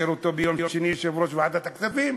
נאשר אותו ביום שני כיושב-ראש ועדת הכספים,